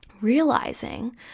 realizing